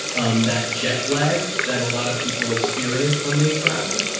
um that jet lag that a lot of people experience when they travel,